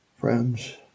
Friends